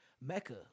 Mecca